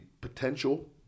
potential